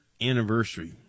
anniversary